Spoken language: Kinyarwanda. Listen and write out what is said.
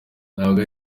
ntabwo